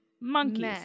Monkeys